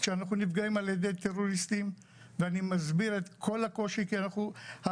שאנחנו נפגעים על ידי טרוריסטים ואני מסביר את כל הקושי כי אנחנו,